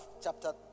chapter